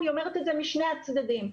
אני אומרת את זה משני הצדדים.